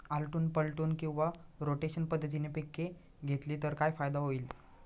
आलटून पालटून किंवा रोटेशन पद्धतीने पिके घेतली तर काय फायदा होईल?